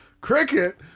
Cricket